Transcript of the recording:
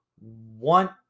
want